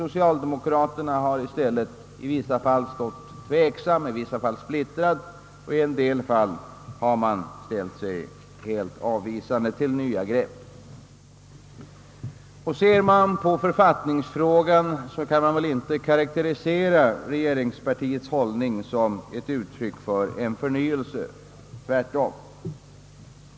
Socialdemokraterna har i stället i vissa fall stått tveksamma, splittrade och i en del fall helt avvisande till nya grepp. I författningsfrågan torde man inte kunna karakterisera regeringspartiets hållning såsom uttryck för en förnyelse — tvärtom.